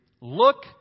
look